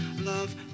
Love